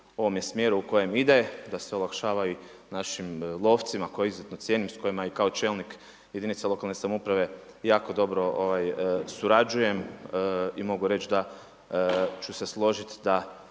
ovome smjeru u kojem ide da se olakšavaju našim lovcima koje izuzetno cijenim, s kojima i kao čelnik jedinice lokalne samouprave jako dobro surađujem i mogu reći da ću se složiti da